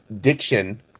diction